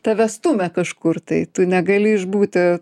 tave stumia kažkur tai tu negali išbūti